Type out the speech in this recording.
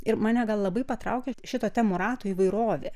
ir mane gal labai patraukė šita temų rato įvairovė